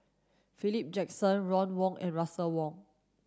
Philip Jackson Ron Wong and Russel Wong